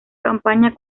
campaña